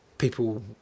people